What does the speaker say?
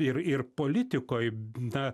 ir ir politikoj na